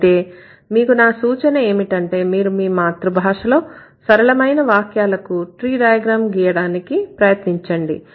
అయితే మీకు నా సూచన ఏమిటంటే మీరు మీ మాతృభాషలో సరళమైన వాక్యాలకు ట్రీ డయాగ్రమ్ గీయటానికి ప్రయత్నించండి